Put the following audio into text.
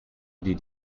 did